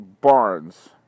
Barnes